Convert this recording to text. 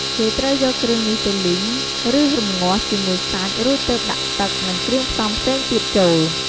គេត្រូវយកគ្រឿងនេះទៅលីង ឬរម្ងាស់ជាមួយសាច់ រួចទើបដាក់ទឹក និងគ្រឿងផ្សំផ្សេងទៀតចូល។